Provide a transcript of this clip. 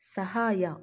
ಸಹಾಯ